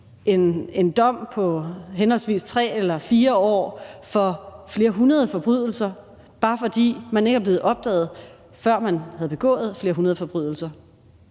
en dom på henholdsvis 3 eller 4 år for flere hundrede forbrydelser, bare fordi man ikke er blevet opdaget, før man havde begået flere hundrede forbrydelser,